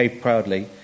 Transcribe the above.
proudly